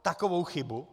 Takovou chybu?